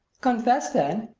confess, then,